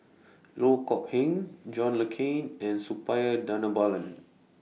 Loh Kok Heng John Le Cain and Suppiah Dhanabalan